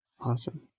Awesome